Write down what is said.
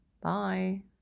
bye